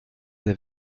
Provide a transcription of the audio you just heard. des